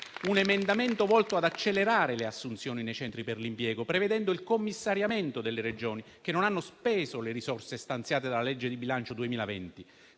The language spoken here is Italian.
un emendamento volto ad accelerare le assunzioni nei centri per l'impiego, prevedendo il commissariamento delle Regioni che non hanno speso le risorse stanziate dalla legge di bilancio 2020.